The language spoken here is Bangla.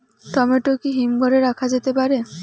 টমেটো কি হিমঘর এ রাখা যেতে পারে?